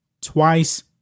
twice